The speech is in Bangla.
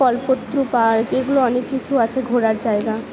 কল্পতরু পার্ক এগুলো অনেক কিছু আছে ঘোরার জায়গা